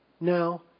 now